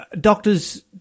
Doctors